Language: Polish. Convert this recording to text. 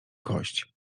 kość